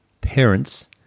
parents